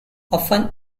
often